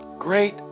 Great